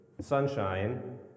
sunshine